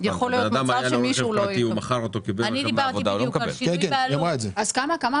העניין הוא, שבשנת 2021